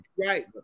right